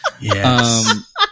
Yes